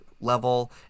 level